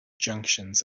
junctions